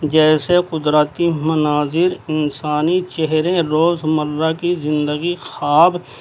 جیسے قدرتی مناظر انسانی چہریں روز مرہ کی زندگی خواب